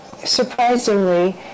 surprisingly